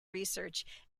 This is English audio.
research